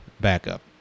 backup